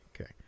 Okay